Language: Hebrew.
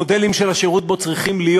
המודלים של השירות בו צריכים להיות